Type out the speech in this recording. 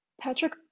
Patrick